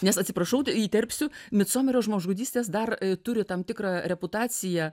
nes atsiprašau įterpsiu micomerio žmogžudystės dar turi tam tikrą reputaciją